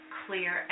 clear